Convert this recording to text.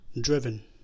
driven